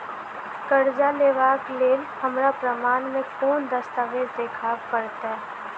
करजा लेबाक लेल हमरा प्रमाण मेँ कोन दस्तावेज देखाबऽ पड़तै?